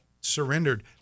surrendered